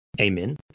Amen